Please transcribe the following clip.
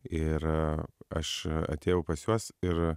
ir aš atėjau pas juos ir